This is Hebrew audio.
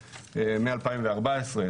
מ-2014,